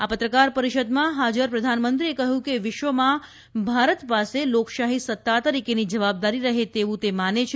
આ પત્રકાર પરિષદમાં હાજર પ્રધાનમંત્રીએ કહ્યું કે વિશ્વમાં ભારત પાસે લોકશાહી સત્તા તરીકેની જવાબદારી રહે તેવું તે માને છે